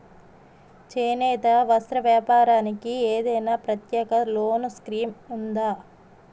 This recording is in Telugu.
చేనేత వస్త్ర వ్యాపారానికి ఏదైనా ప్రత్యేక లోన్ స్కీం ఉందా?